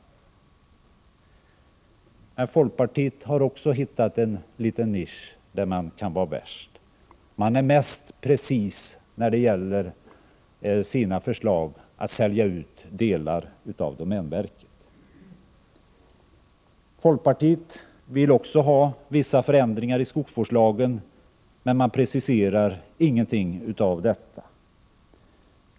Men folkpartiet har också hittat en liten nisch, där man kan vara värst. Folkpartiet är mest precist i sina förslag när det gäller att sälja ut delar av domänverkets skog. Folkpartiet vill också ha vissa förändringar av skogsvårdslagen men preciserar ingenting av detta.